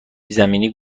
زمینی